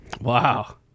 wow